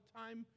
time